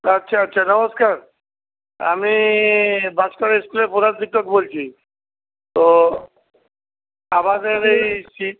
আচ্ছা আচ্ছা নমস্কার আমি ভাস্কর স্কুলের প্রধান শিক্ষক বলছি তো আমাদের এই